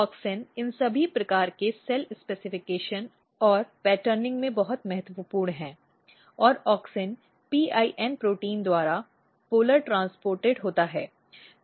auxin इन सभी प्रकार के सेल विनिर्देश और पैटर्निंग में बहुत महत्वपूर्ण है और ऑक्सिन PIN प्रोटीन द्वारा ध्रुवीय ट्रांसपोर्ट होता है